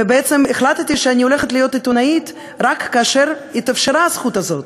ובעצם החלטתי שאני הולכת להיות עיתונאית רק כאשר התאפשרה הזכות הזאת.